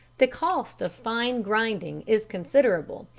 the cost of fine grinding is considerable,